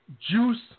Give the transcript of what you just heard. juice –